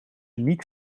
niet